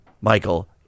Michael